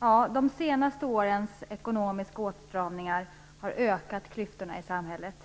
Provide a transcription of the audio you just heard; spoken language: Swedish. Herr talman! De senaste årens ekonomiska åtstramningar har ökat klyftorna i samhället.